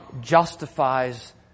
justifies